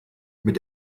mit